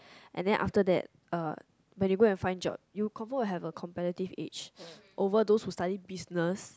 and then after that uh when you go and find job you confirm will have a competitive edge over those who study business